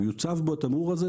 ויוצב בו התמרור הזה,